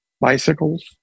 bicycles